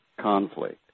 conflict